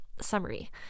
Summary